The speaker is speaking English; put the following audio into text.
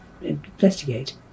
investigate